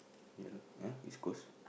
ya lah ah East-Coast